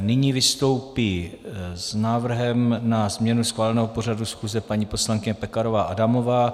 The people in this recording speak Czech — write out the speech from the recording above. Nyní vystoupí s návrhem na změnu schváleného pořadu schůze paní poslankyně Pekarová Adamová.